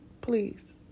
Please